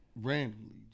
randomly